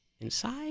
inside